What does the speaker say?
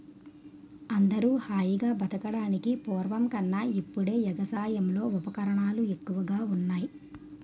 అందరూ హాయిగా బతకడానికి పూర్వం కన్నా ఇప్పుడే ఎగసాయంలో ఉపకరణాలు ఎక్కువగా ఉన్నాయ్